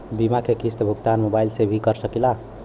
बीमा के किस्त क भुगतान मोबाइल से भी कर सकी ला?